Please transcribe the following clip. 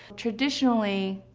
traditionally,